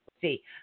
see